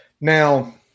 Now –